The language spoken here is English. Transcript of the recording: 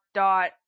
dot